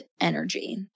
energy